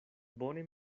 bone